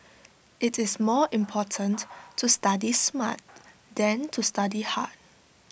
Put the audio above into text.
IT is more important to study smart than to study hard